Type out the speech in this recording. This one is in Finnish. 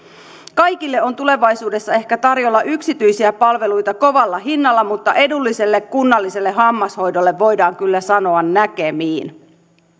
kaikille on tulevaisuudessa ehkä tarjolla yksityisiä palveluita kovalla hinnalla mutta edulliselle kunnalliselle hammashoidolle voidaan kyllä sanoa näkemiin